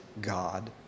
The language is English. God